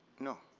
no.